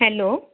hello